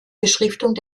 beschriftung